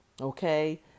Okay